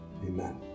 Amen